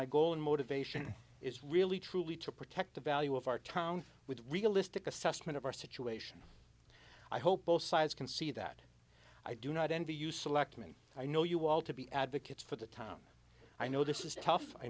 my goal and motivation is really truly to protect the value of our town with a realistic assessment of our situation i hope both sides can see that i do not envy you select me i know you all to be advocates for the time i know this is tough i